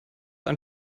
ein